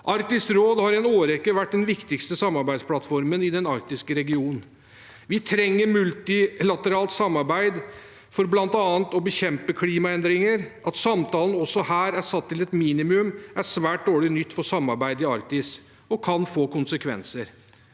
Arktisk råd har i en årrekke vært den viktigste samarbeidsplattformen i den arktiske regionen. Vi trenger multilateralt samarbeid for bl.a. å bekjempe klimaendringer. At samtalen også her er satt til et minimum, er svært dårlig nytt for samarbeidet i Arktis, og kan få konsekvenser.